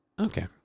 Okay